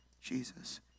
Jesus